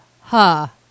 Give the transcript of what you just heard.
Ha